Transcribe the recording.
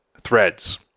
threads